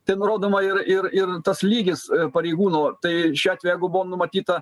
tai nurodoma ir ir ir tas lygis pareigūno tai šiuo atveju jeigu buvo numatyta